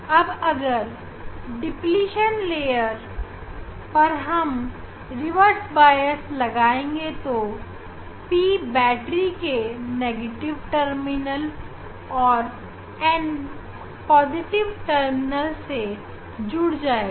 अब अगर depletion layer पर हम रिवर्स बॉयस लगाएंगे तो p बैटरी के नेगेटिव टर्मिनल और n पॉजिटिव टर्मिनल से जुड़ जाएगा